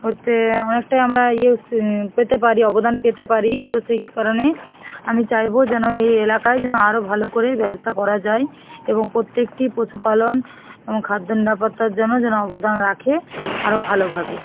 হচ্ছে অনেকটাই আমরা ইয়েস পেতে পারি অবদান পেতে পারি তো সেই কারণে আমি চাইবো যেন এই এলাকায় যেন আরো ভালো করেই ব্যবসা করা যায় এবং পোত্যেকটি পশুপালন এবং খাদ্য নিরাপত্তার যেন যেন অবদান রাখে আরো ভালোভাবে